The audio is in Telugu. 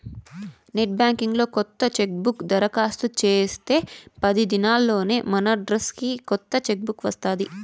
నెట్ బాంకింగ్ లో కొత్త చెక్బుక్ దరకాస్తు చేస్తే పది దినాల్లోనే మనడ్రస్కి కొత్త చెక్ బుక్ వస్తాది